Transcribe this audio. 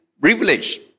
privilege